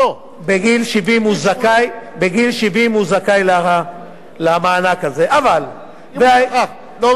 בגיל 70 הוא זכאי למענק הזה, אבל, לא דרש.